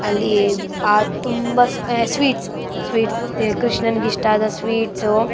ಅಲ್ಲಿ ಆ ತುಂಬ ಸ್ವೀಟ್ಸ್ ಸ್ವೀಟ್ಸ್ ಕೃಷ್ಣನ್ಗೆ ಇಷ್ಟ ಆದ ಸ್ವೀಟ್ಸು